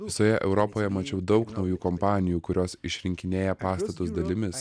visoje europoje mačiau daug naujų kompanijų kurios išrinkinėja pastatus dalimis